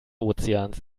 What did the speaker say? ozeans